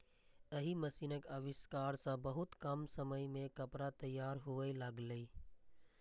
एहि मशीनक आविष्कार सं बहुत कम समय मे कपड़ा तैयार हुअय लागलै